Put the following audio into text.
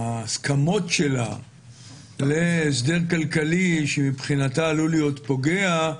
ההסכמות להסדר כלכלי שמבחינתה עלול להיות פוגע,